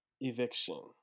eviction